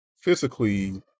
physically